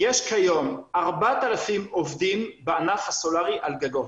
יש כיום כ-4,000 עובדים בענף הסולרי על גגות.